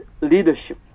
leadership